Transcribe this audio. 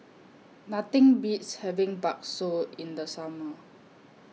Nothing Beats having Bakso in The Summer